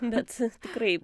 bet tikrai